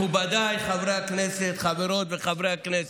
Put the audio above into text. מכובדיי חברי הכנסת, חברות וחברי הכנסת,